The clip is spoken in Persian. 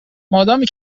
مادامی